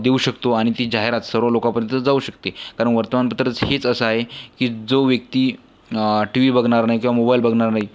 देऊ शकतो आणि ती जाहिरात सर्व लोकापर्यंत जाऊ शकते कारण वर्तमानपत्रच हेच असं आहे की जो व्यक्ती टी व्ही बघणार नाही किंवा मोबाईल बघणार नाही